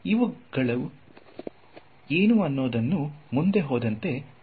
ಇವುಗಳು ಏನು ಅನ್ನೋದನ್ನು ಮುಂದೆ ಹೋದಂತೆ ತಿಳಿದುಕೊಳ್ಳೋಣ